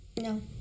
No